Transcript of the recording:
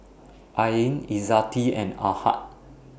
Ain Izzati and Ahad